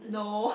no